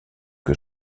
que